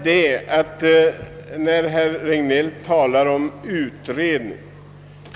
Herr Regnéll talar om en utredning.